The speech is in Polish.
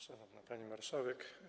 Szanowna Pani Marszałek!